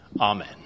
Amen